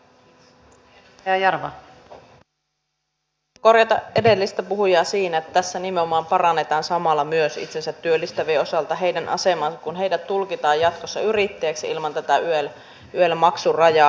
haluan korjata edellistä puhujaa siinä että tässä nimenomaan parannetaan samalla myös itsensä työllistävien osalta heidän asemaansa kun heidät tulkitaan jatkossa yrittäjiksi ilman tätä yel maksurajaa